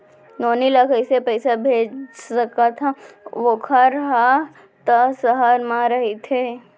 नोनी ल कइसे पइसा भेज सकथव वोकर हा त सहर म रइथे?